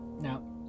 Now